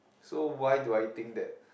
so why do I think that